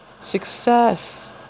success